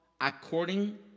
according